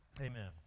Amen